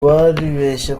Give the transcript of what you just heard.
baribeshye